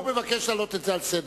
הוא מבקש להעלות את זה על סדר-היום.